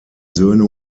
söhne